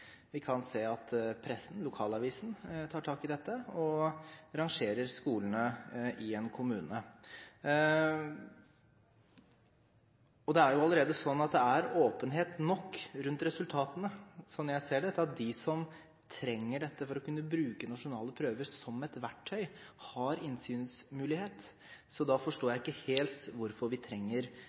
Vi kan se at pressen, lokalavisen, tar tak i dette og rangerer skolene i en kommune. Slik jeg ser det, er det allerede åpenhet nok rundt resultatene til at de som trenger dette for å kunne bruke nasjonale prøver som et verktøy, har innsynsmulighet. Så da forstår jeg ikke helt hvorfor vi trenger